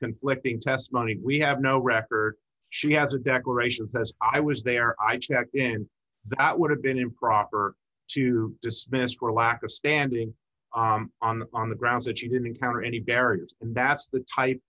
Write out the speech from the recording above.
conflicting testimony we have no record she has a declaration i was there i checked in that would have been improper to dismissed for lack of standing on on the grounds that she didn't encounter any barriers and that's the type